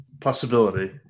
possibility